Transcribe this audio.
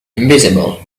invisible